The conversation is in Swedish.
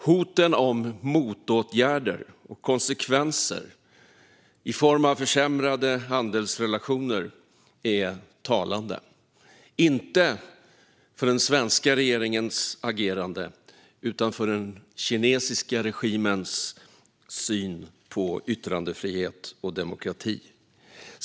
Hoten om motåtgärder och konsekvenser i form av försämrade handelsrelationer är talande, inte för den svenska regeringens agerande utan för den kinesiska regimens syn på yttrandefrihet och demokrati.